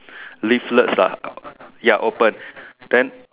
leaflets lah ya open then